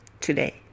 today